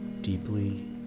deeply